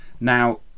Now